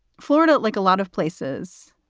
florida, like a lot of places,